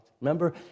Remember